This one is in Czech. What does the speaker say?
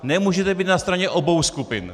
Nemůžete být na straně obou skupin!